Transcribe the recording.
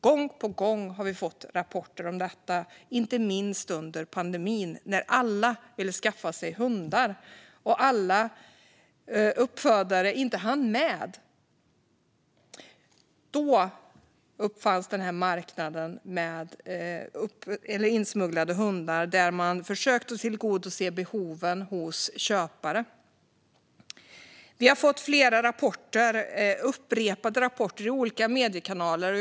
Gång på gång har vi fått rapporter om detta, inte minst under pandemin när alla ville skaffa hund. När inte alla uppfödare hann med uppkom marknaden för insmugglade hundar, där man försökte tillgodose behoven hos köpare. Vi har fått flera rapporter, upprepade rapporter, i olika mediekanaler.